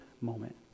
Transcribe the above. moment